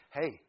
Hey